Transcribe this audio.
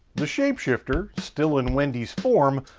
the shape shifter, still in wendy's form,